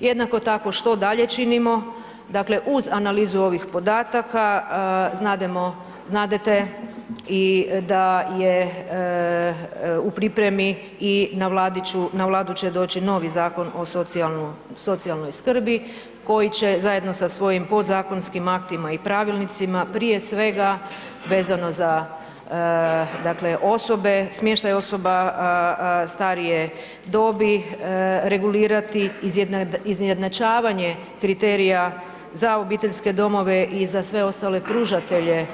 Jednako tako, što dalje činimo, dakle uz analizu ovih podataka znademo, znadete i da je u pripremi i na Vladu će doći novi Zakon o socijalnoj skrbi koji će zajedno sa svojim podzakonskim aktima i pravilnicima, prije svega vezano za dakle osobe, smještaj osoba starije dobi regulirati izjednačavanje kriterija za obiteljske domove i za sve ostale pružatelje